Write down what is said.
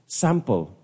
sample